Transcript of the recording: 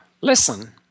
listen